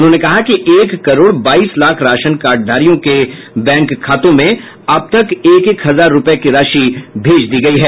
उन्होंने कहा कि एक करोड़ बाईस लाख राशन कार्डधारियों के बैंक खाते में अब तक एक एक हजार रूपये दिये गये हैं